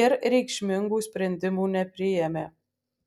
ir reikšmingų sprendimų nepriėmė